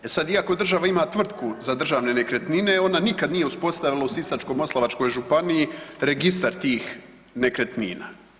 E sad, iako država ima tvrtku za državne nekretnine ona nikad nije uspostavila u Sisačko-moslavačkoj županiji registar tih nekretnina.